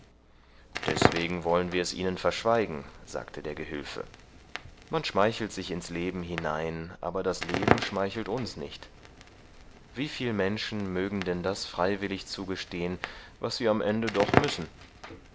deswegen wollen wir es ihnen verschweigen sagte der gehülfe man schmeichelt sich ins leben hinein aber das leben schmeichelt uns nicht wieviel menschen mögen denn das freiwillig zugestehen was sie am ende doch müssen